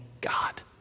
God